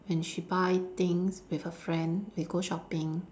when she buy things with her friend they go shopping